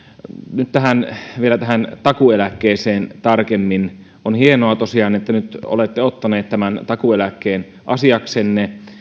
nyt vielä tähän takuueläkkeeseen tarkemmin on hienoa tosiaan että nyt olette ottaneet tämän takuueläkkeen asiaksenne